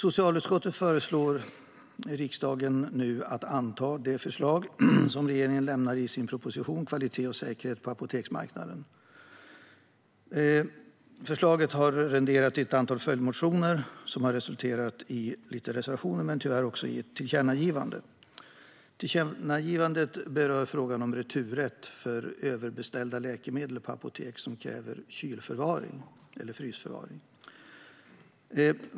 Socialutskottet föreslår riksdagen att anta de förslag regeringen lämnar i sin proposition Kvalitet och säkerhet på apoteksmarknaden . Förslaget har renderat ett antal följdmotioner som har resulterat i några reservationer och tyvärr också i ett tillkännagivande. Tillkännagivandet berör frågan om returrätt till apotek av överbeställda läkemedel som kräver kyl eller frysförvaring.